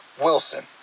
Wilson